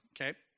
okay